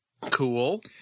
cool